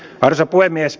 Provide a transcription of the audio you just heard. arvoisa puhemies